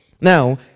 now